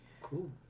Cool